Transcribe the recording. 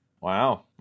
Wow